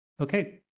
Okay